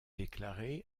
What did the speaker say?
déclaré